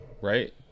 right